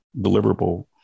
deliverable